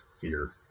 fear